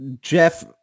jeff